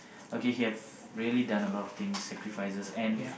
okay he have really done a lot of things sacrifices and